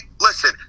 listen